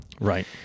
Right